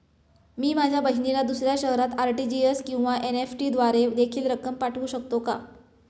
मी माझ्या बहिणीला दुसऱ्या शहरात आर.टी.जी.एस किंवा एन.इ.एफ.टी द्वारे देखील रक्कम पाठवू शकतो का?